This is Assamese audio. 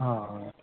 অঁ হয়